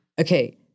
okay